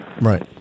right